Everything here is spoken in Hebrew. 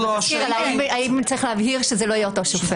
בתסקיר אלא האם צריך להבהיר שזה לא יהיה אותו שופט.